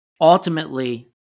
ultimately